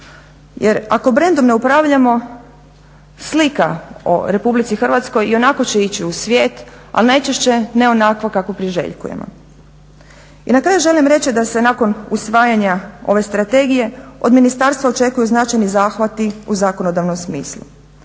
Jer ako brendom ne upravljamo slika o RH ionako će ići u svijet, ali najčešće ne onakva kakvu priželjkujemo. I na kraju želim reći da se nakon usvajanja ove strategije od ministarstva očekuju značajni zahvati u zakonodavnom smislu.